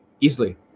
easily